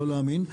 לא להאמין,